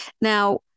Now